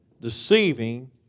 deceiving